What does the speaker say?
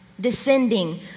descending